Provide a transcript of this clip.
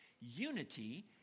unity